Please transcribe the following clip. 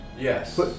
yes